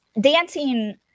Dancing